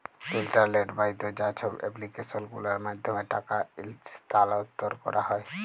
ইলটারলেট বাহিত যা ছব এপ্লিক্যাসল গুলার মাধ্যমে টাকা ইস্থালাল্তর ক্যারা হ্যয়